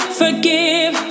forgive